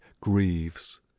grieves